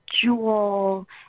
Jewel